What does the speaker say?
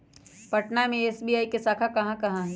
पटना में एस.बी.आई के शाखा कहाँ कहाँ हई